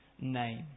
name